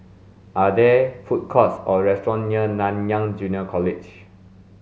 are there food courts or restaurants near Nanyang Junior College